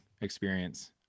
experience